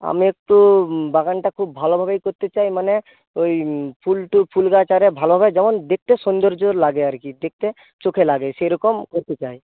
আমি একটু বাগানটা খুব ভালোভাবেই করতে চাই মানে ওই ফুল টুল ফুল গাছ আরও ভালভাবে যেমন দেখতে সুন্দর্য লাগে আর কি দেখতে চোখে লাগে সেরকম করতে চাই